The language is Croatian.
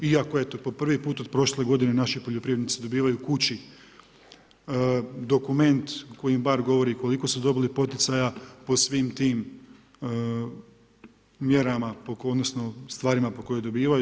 Iako eto, po prvi put od prošle godine naši poljoprivrednici dobivaju kući dokument koji im bar govori koliko su dobili poticaja po svim tim mjerama odnosno stvarima po kojoj dobivaju.